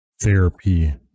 therapy